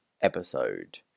episode